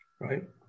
Right